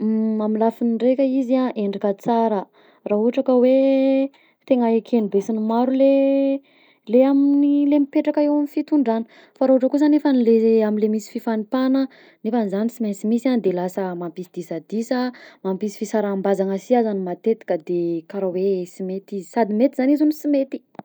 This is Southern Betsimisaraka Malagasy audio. Amin'ny lafiny raika izy an endrika tsara raha ohatra ka hoe tegna eken'ny be sy ny maro le le amin'ny le mipetraka ao amin'ny fitondrana fa raha ohatra kosa nefany le am'le misy fifanipahana nefany izany sy mainsy misy a de lasa mampisy disadisa, mampisy fisaraham-bazana si aza ny matetika de karaha hoe sy mety izy, sady mety zany izy no sy mety.